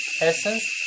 essence